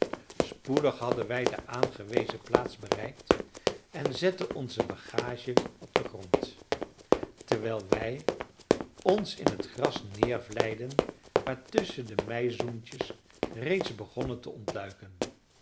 spoedig hadden wij de aangewezen plaats bereikt en zetten onze bagage op den grond terwijl wij ons in het gras neervlijden waartusschen de meizoentjes reeds begonnen te ontluiken